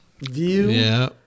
view